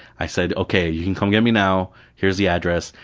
i said, ok, you can come get me now, here's the address.